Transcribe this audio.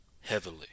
heavily